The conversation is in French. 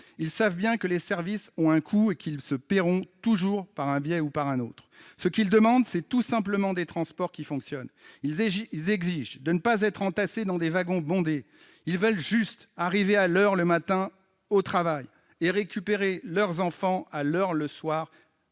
Ils savent bien que les services ont un coût et qu'ils les paieront toujours d'une manière ou d'une autre. Ce qu'ils demandent, c'est tout simplement des transports qui fonctionnent ! Ils exigent de ne pas être entassés dans des wagons bondés. Ils veulent juste arriver à l'heure le matin au travail ou le soir pour récupérer leurs enfants à la crèche.